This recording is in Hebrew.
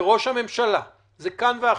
לראש הממשלה זה כאן ועכשיו.